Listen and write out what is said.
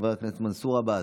חבר הכנסת מנסור עבאס,